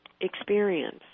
experience